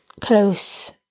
close